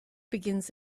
begins